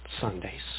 Sundays